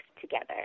together